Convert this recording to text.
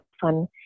fun